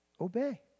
obey